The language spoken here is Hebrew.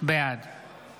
בעד